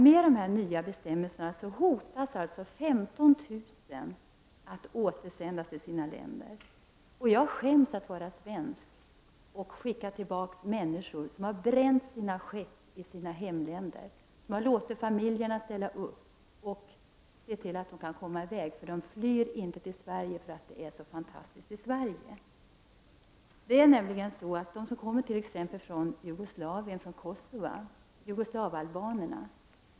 Med de nya bestämmelserna hotas 15 000 människor att återsändas till sina hemländer. Jag skäms över att vara svensk, om vi skickar tillbaka de människor som bränt sina skepp i sina hemländer och som har låtit familjerna ställa upp och se till att de kom i väg. De flyr inte till Sverige därför att det är så fantastiskt här. Människor kommer alltså från Kosova i Jugoslavien, alltså jugoslavalbaner.